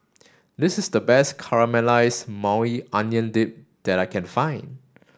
this is the best Caramelized Maui Onion Dip that I can find